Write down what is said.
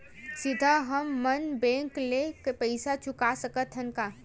सीधा हम मन बैंक ले पईसा चुका सकत हन का?